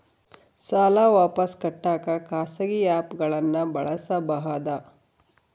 ಸಾಲ ವಾಪಸ್ ಕಟ್ಟಕ ಖಾಸಗಿ ಆ್ಯಪ್ ಗಳನ್ನ ಬಳಸಬಹದಾ?